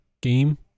game